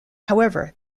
however